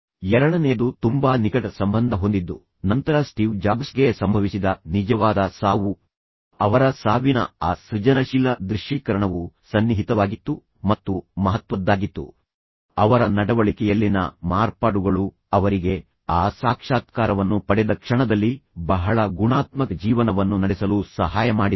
ಎರಡನೆಯದು ತುಂಬಾ ನಿಕಟ ಸಂಬಂಧ ಹೊಂದಿದ್ದು ನಂತರ ಸ್ಟೀವ್ ಜಾಬ್ಸ್ಗೆ ಸಂಭವಿಸಿದ ನಿಜವಾದ ಸಾವು ಅವರ ಸಾವಿನ ಆ ಸೃಜನಶೀಲ ದೃಶ್ಯೀಕರಣವು ಸನ್ನಿಹಿತವಾಗಿತ್ತು ಮತ್ತು ಮಹತ್ವದ್ದಾಗಿತ್ತು ಅವರ ನಡವಳಿಕೆಯಲ್ಲಿನ ಮಾರ್ಪಾಡುಗಳು ಅವರಿಗೆ ಆ ಸಾಕ್ಷಾತ್ಕಾರವನ್ನು ಪಡೆದ ಕ್ಷಣದಲ್ಲಿ ಬಹಳ ಗುಣಾತ್ಮಕ ಜೀವನವನ್ನು ನಡೆಸಲು ಸಹಾಯ ಮಾಡಿದವು